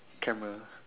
camera